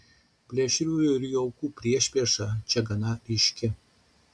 plėšriųjų ir jų aukų priešprieša čia gana ryški